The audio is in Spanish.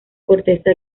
corteza